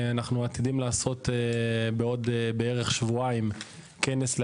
אנחנו עתידים לעשות בעוד בערך שבועיים כנס עם